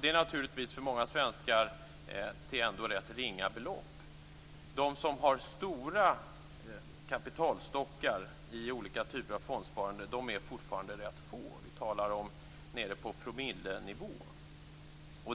Det är naturligtvis för många svenskar ändå till ganska ringa belopp. De som har stora kapitalstockar i olika typer av fondsparande är fortfarande rätt få. Vi talar om promillenivå.